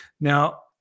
Now